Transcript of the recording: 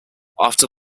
after